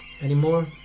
Anymore